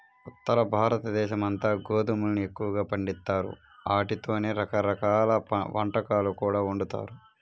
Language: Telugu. ఉత్తరభారతదేశమంతా గోధుమల్ని ఎక్కువగా పండిత్తారు, ఆటితోనే రకరకాల వంటకాలు కూడా వండుతారు